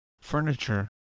Furniture